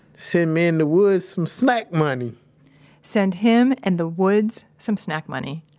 send me and the woods some snack money send him and the woods some snack money.